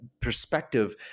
perspective